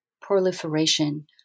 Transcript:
proliferation